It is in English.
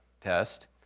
test